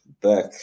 back